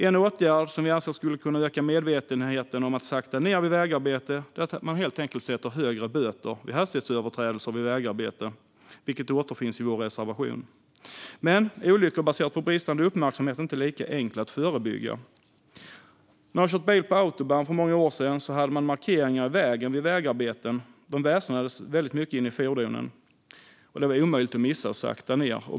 En åtgärd som vi anser skulle kunna öka medvetenheten om vikten av att sakta ned vid vägarbeten är att man helt enkelt sätter högre böter vid hastighetsöverträdelser vid vägarbete, vilket återfinns i vår reservation. Olyckor baserade på bristande uppmärksamhet är inte lika enkla att förebygga. När jag körde bil på autobahn för många år sedan hade man markeringar i vägen vid vägarbeten. De väsnades väldigt mycket inne i fordonen, och det var omöjligt att missa att sakta ned.